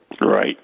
Right